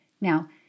Now